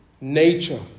nature